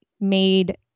made